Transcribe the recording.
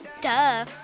Duh